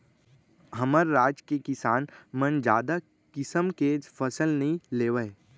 हमर राज के किसान मन जादा किसम के फसल नइ लेवय